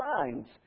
signs